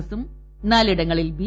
എസും നാലിടങ്ങളിൽ ബി